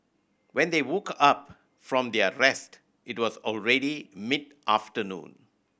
when they woke up from their rest it was already mid afternoon